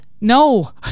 no